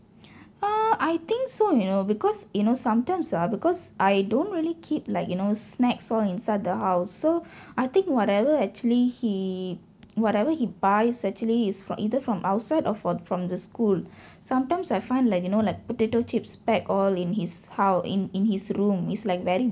uh I think so you know because you know sometimes ah because I don't really keep like you know snacks all inside the house so I think whatever actually he whatever he buys actually is for either from outside or fro~ from the school sometimes I find like you know like potato chips bag all in his hou~ in in his room is like very